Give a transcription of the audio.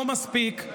לא מספיק,